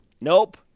Nope